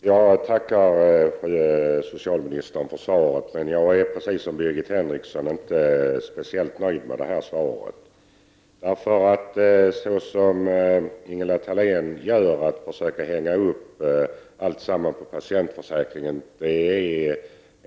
Herr talman! Jag tackar socialministern för svaret. Jag är precis som Birgit Henriksson inte speciellt nöjd med svaret. Jag anser att det är otillbörligt att såsom Ingela Thalén gör försöka hänga upp allting på patientförsäkringen.